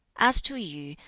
as to yu,